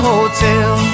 Hotel